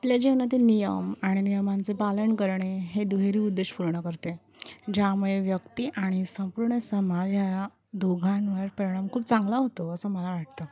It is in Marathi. आपल्या जीवनातील नियम आणि नियमांचे पालन करणे हे दुहेरी उद्देश पूर्ण करते ज्यामुळे व्यक्ती आणि संपूर्ण समाज ह्या दोघांवर परिणाम खूप चांगला होतो असं मला वाटतं